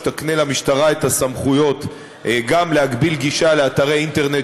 שתקנה למשטרה את הסמכויות גם להגביל גישה לאתרי אינטרנט